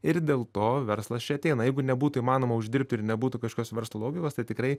ir dėl to verslas čia ateina jeigu nebūtų įmanoma uždirbti ir nebūtų kažkokios verslo logikos tai tikrai